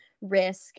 risk